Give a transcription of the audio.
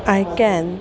I can